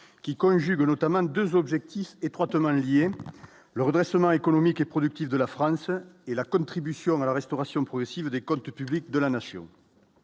qui conjuguent notamment 2 objectifs étroitement liés, le redressement économique et productif de la France et la contribution à la restauration progressive des comptes publics de la nation,